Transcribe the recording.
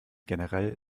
generell